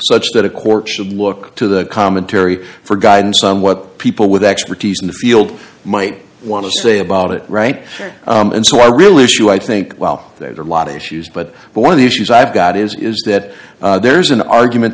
such that a court should look to the commentary for guidance on what people with expertise in the field might want to say about it right and so i really should i think well there are a lot of issues but but one of the issues i've got is is that there's an argument